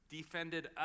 defended